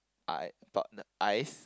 uh ice